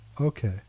Okay